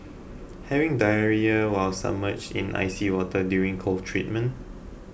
having diarrhoea while submerged in icy water during cold treatment